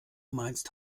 meinst